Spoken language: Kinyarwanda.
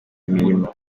umurimo